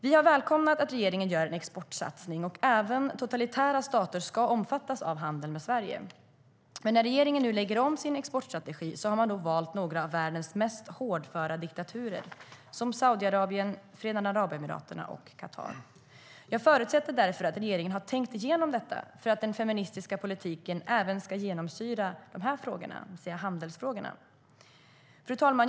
Vi har välkomnat att regeringen gör en exportsatsning och att även totalitära stater ska omfattas av handeln med Sverige. Men när regeringen nu lägger om sin exportstrategi har man valt några av världens mest hårdföra diktaturer som Saudiarabien, Förenade Arabemiraten och Qatar. Jag förutsätter därför att regeringen har tänkt igenom detta så att den feministiska politiken även ska genomsyra handelsfrågorna. Fru talman!